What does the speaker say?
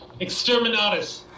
Exterminatus